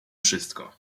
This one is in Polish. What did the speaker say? wszystko